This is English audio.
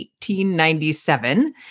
1897